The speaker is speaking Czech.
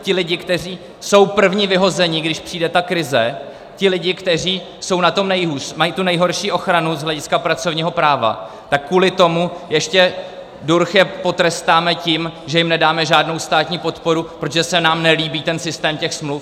Ti lidé, kteří jsou první vyhození, když přijde krize, ti lidé, kteří jsou na tom nejhůř, mají tu nejhorší ochranu z hlediska pracovního práva, tak kvůli tomu ještě durch je potrestáme tím, že jim nedáme žádnou státní podporu, protože se nám nelíbí systém těch smluv.